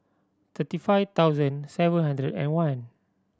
thirty five thousand seven hundred and one